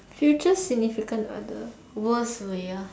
future significant other worst way ah